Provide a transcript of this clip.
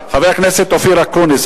חבר הכנסת אופיר אקוניס,